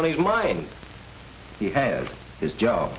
on his mind he has his job